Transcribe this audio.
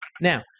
Now